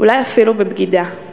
אולי אפילו בבגידה.